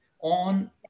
on